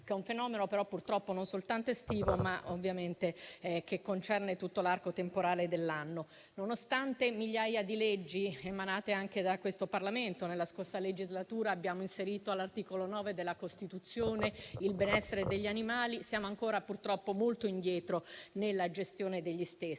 un fenomeno purtroppo però non soltanto estivo, ma che concerne tutto l'arco temporale dell'anno. Nonostante migliaia di leggi emanate dal Parlamento - nella scorsa legislatura abbiamo inserito all'articolo 9 della Costituzione la tutela del benessere degli animali - siamo ancora purtroppo molto indietro nella gestione degli stessi.